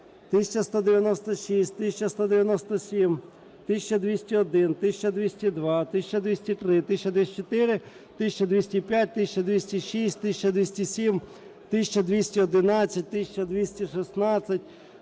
1196, 1197, 1201, 1202, 1203, 1204, 1205, 1206, 1207, 1211, 1216,